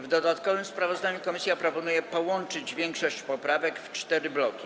W dodatkowym sprawozdaniu komisja proponuje połączyć większość poprawek w cztery bloki.